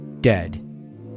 Dead